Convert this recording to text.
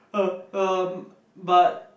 uh um but